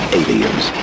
aliens